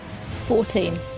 Fourteen